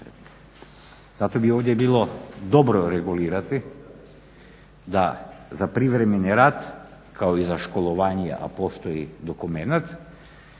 Zato bi ovdje bilo dobro regulirati da za privremeni rad kao i za školovanje, a postoji dokument